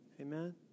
Amen